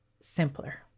simpler